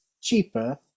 cheaper